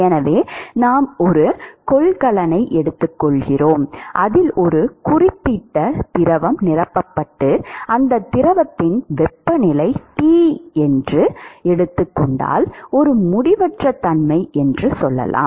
எனவே நாம் ஒரு கொள்கலனை எடுத்துக்கொள்கிறோம் அதில் ஒரு குறிப்பிட்ட திரவம் நிரப்பப்பட்டு அந்த திரவத்தின் வெப்பநிலை T ஒரு முடிவற்ற தன்மை என்று சொல்லலாம்